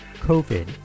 COVID